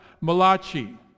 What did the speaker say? Malachi